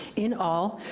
in all,